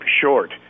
short